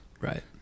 Right